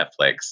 Netflix